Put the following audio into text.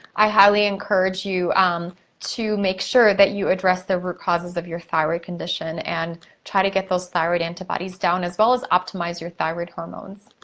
i highly encourage you to make sure that you address the root causes of your thyroid condition and try to get those thyroid antibodies down, as well as optimize your thyroid hormones.